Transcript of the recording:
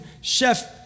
Chef